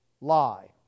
lie